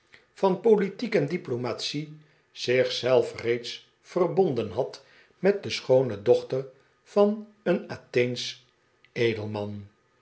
van polide pickwick club tiek en diplomatie zich zelf reeds verbonden had met de schoone dophter van een atheensch